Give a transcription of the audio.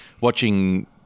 watching